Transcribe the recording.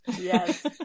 yes